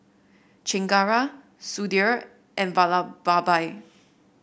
Chengara Sudhir and Vallabhbhai